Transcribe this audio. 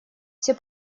все